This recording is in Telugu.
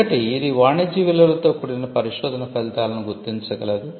ఒకటి ఇది వాణిజ్య విలువలతో కూడిన పరిశోధన ఫలితాలను గుర్తించగలదు